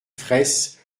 fraysse